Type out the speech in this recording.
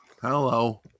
Hello